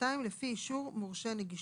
(2)לפי אישור מורשה נגישות.